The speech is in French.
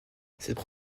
cette